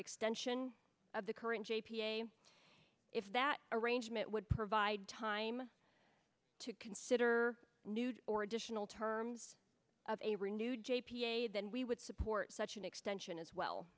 extension of the current j p a if that arrangement would provide time to consider nude or additional terms of a renewed then we would support such an extension as well